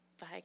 Bye